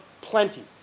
plenty